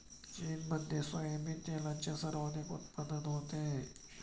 चीनमध्ये सोयाबीन तेलाचे सर्वाधिक उत्पादन होते